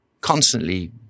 constantly